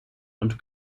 und